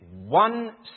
one